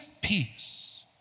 peace